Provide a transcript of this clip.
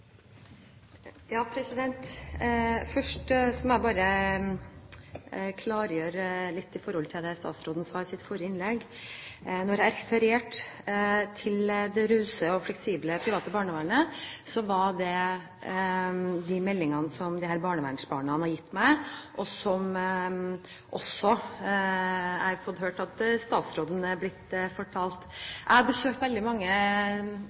Først må jeg bare klargjøre litt i forbindelse med det statsråden sa i sitt forrige innlegg. Da jeg refererte til det rause og fleksible private barnevernet, var det på grunn av de meldingene som disse barnevernsbarna har gitt meg, og som jeg også har fått høre at statsråden er blitt fortalt. Jeg har besøkt veldig mange